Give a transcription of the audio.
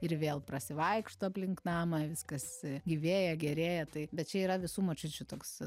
ir vėl prasivaikšto aplink namą viskas gyvėja gerėja tai bet čia yra visų močiučių toks